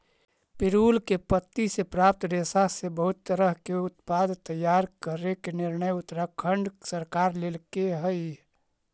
पिरुल के पत्ति से प्राप्त रेशा से बहुत तरह के उत्पाद तैयार करे के निर्णय उत्तराखण्ड सरकार लेल्के हई